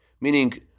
Meaning